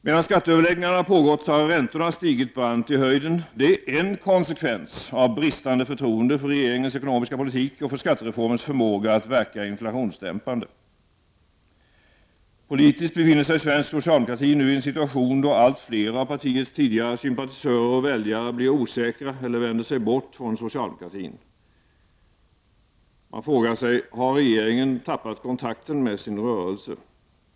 Medan skatteöverläggningarna pågått har räntorna stigit brant i höjden. Det är en konvekvens av bristande förtroende för regeringens ekonomiska politik och för skattereformens förmåga att verka inflationsdämpande. Politiskt befinner sig svensk socialdemokrati nu i en situation då allt fler av partiets tidigare sympatisörer och väljare blir osäkra eller vänder sig bort från socialdemokratin. Man frågar sig: Har regeringen tappat kontakten med sin rörelse?